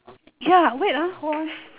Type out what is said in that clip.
ya wait ah hold on